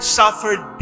suffered